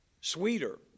sweeter